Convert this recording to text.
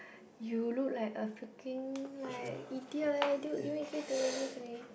you look like a freaking like idiot leh you dude give it to me give it to me